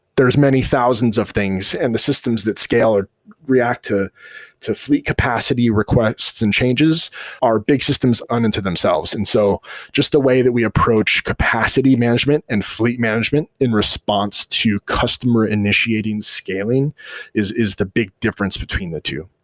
there's many thousands of things and the systems that scale react to to fleet capacity requests and changes our big systems on into themselves. and so just a way that we approach capacity management and fleet management in response to customer initiating scaling is is the big difference between the two.